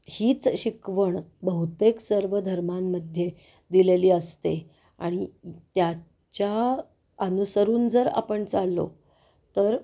हीच शिकवण बहुतेक सर्व धर्मांमध्ये दिलेली असते आणि त्याच्या अनुसरून जर आपण चाललो तर